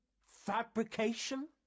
fabrication